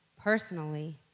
personally